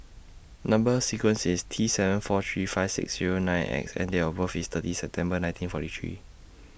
Number sequence IS T seven four three five six Zero nine X and Date of birth IS thirty September nineteen forty three